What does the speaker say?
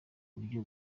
buryo